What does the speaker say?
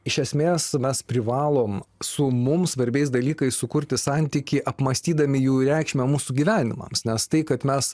iš esmės mes privalom su mums svarbiais dalykais sukurti santykį apmąstydami jų reikšmę mūsų gyvenimams nes tai kad mes